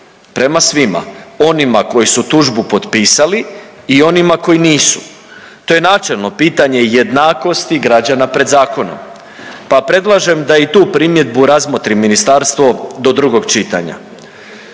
prema svima onima koji su tužbu potpisali i onima koji nisu. To je načelno pitanje jednakosti građana pred zakonom, pa predlažem da i tu primjedbu razmotri ministarstvo do drugog čitanja.